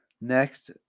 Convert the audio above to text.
next